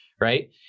right